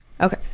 Okay